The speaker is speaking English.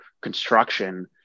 construction